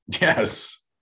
Yes